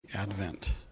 Advent